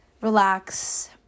relax